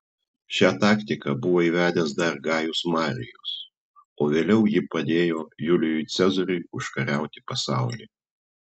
šią taktiką buvo įvedęs dar gajus marijus o vėliau ji padėjo julijui cezariui užkariauti pasaulį